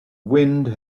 wind